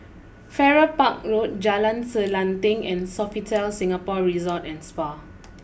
Farrer Park Road Jalan Selanting and Sofitel Singapore Resort and Spa